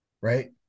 right